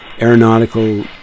aeronautical